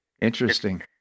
Interesting